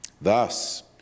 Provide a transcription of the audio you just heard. Thus